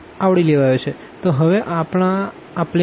આ હવે આપણા પ્લેન છે